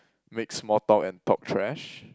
make small talk and talk trash